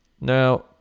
Now